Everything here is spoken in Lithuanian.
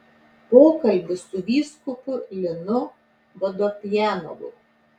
pokalbis su vyskupu linu vodopjanovu